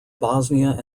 bosnia